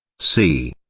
c.